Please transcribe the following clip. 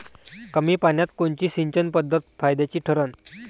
कमी पान्यात कोनची सिंचन पद्धत फायद्याची ठरन?